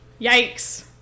Yikes